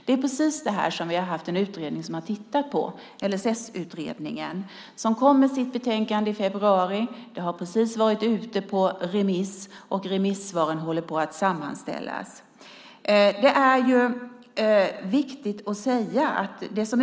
Det är precis det här vi har haft en utredning för att titta på, nämligen LSS-utredningen. Den kom med sitt betänkande i februari. Det har precis varit ute på remiss, och remissvaren håller på att sammanställas.